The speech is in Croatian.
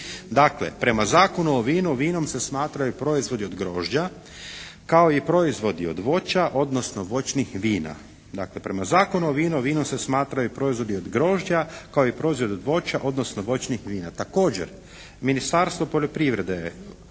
dakle prema Zakonu o vinu vinom se smatraju proizvodi od grožđa kao i proizvodi od voća, odnosno voćnih vina. Dakle, prema Zakonu o vinu vinom se smatraju proizvodi od grožđa, kao i proizvodi od voća, odnosno voćnih vina.